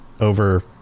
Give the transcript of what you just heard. over